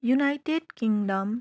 United kingdom